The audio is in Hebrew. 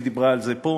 היא דיברה על זה פה,